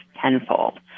tenfold